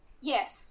Yes